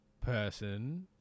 person